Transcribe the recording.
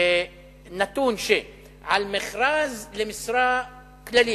נתון שלמכרז למשרה כללית,